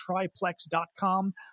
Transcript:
triplex.com